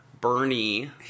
Bernie